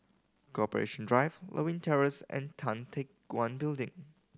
Corporation Drive Lewin Terrace and Tan Teck Guan Building